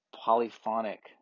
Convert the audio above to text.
polyphonic